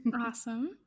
awesome